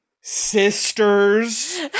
sisters